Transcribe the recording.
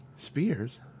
Spears